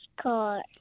car